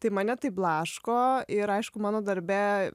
tai mane tai blaško ir aišku mano darbe